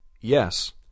Yes